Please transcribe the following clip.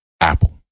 Apple